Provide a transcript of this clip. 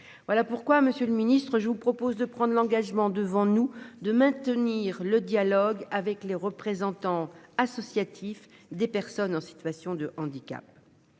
Voilà pourquoi Monsieur le Ministre, je vous propose de prendre l'engagement devant nous de maintenir le dialogue avec les représentants associatifs, des personnes en situation de handicap.